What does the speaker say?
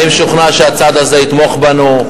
אני משוכנע שהצד הזה יתמוך בנו.